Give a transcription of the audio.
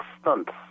stunts